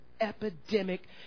epidemic